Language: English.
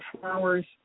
flowers